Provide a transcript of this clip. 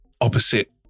opposite